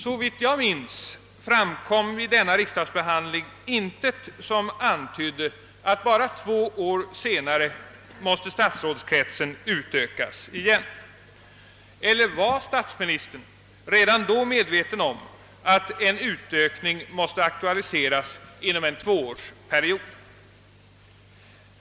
Såvitt jag minns framkom vid riksdagsbehandlingen intet som antydde att statsrådskretsen bara två år senare måste utökas igen. Eller var statsministern redan då medveten om att en utökning måste aktualiseras inom en tvåårsperiod?